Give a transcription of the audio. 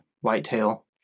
whitetail